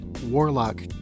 Warlock